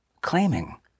Claiming